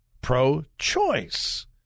pro-choice